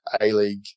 A-League